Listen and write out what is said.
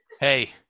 hey